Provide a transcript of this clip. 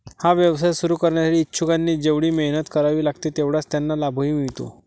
हा व्यवसाय सुरू करण्यासाठी इच्छुकांना जेवढी मेहनत करावी लागते तेवढाच त्यांना लाभही मिळतो